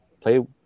play